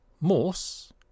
Morse